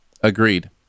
Agreed